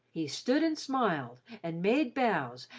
he stood and smiled, and made bows,